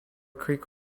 creek